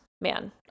man